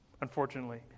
unfortunately